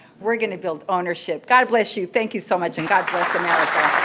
we're going to build ownership. god bless you. thank you so much and god bless america.